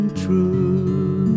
true